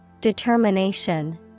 Determination